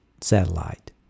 satellite